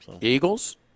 Eagles